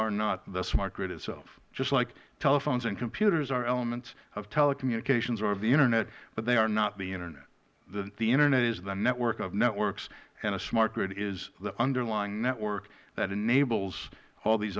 are not the smart grid itself just like telephones and computers are elements of telecommunications or of the internet but they are not the internet the internet is the network of networks and a smart grid is the underlying network that enables all these